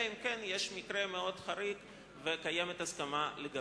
אלא אם כן יש מקרה מאוד חריג וקיימת הסכמה לגביו.